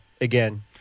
again